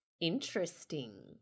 Interesting